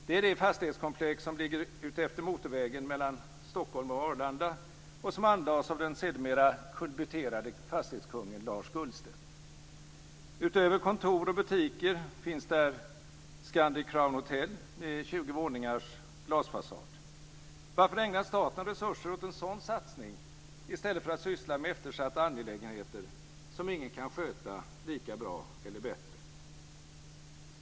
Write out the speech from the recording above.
Det är det fastighetskomplex som ligger utefter motorvägen mellan Gullstedt. Utöver kontor och butiker finns där Scandic Crown Hotel med 20 våningars glasfasad. Varför ägnar staten resurser åt en sådan satsning i stället för att syssla med eftersatta angelägenheter som ingen kan sköta lika bra eller bättre?